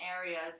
areas